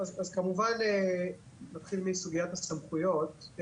נתחיל מסוגיית הסמכויות.